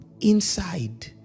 inside